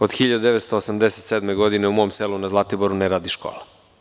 Od 1987. godine u mom selu na Zlatiboru ne radi škola.